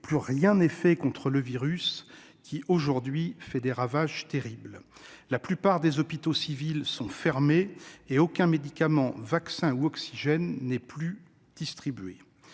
plus rien n'est fait contre le virus qui fait aujourd'hui des ravages terribles. La plupart des hôpitaux civils sont fermés et aucun médicament, vaccin ou oxygène n'est distribué.